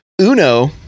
Uno